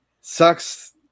sucks